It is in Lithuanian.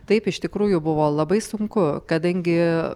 taip iš tikrųjų buvo labai sunku kadangi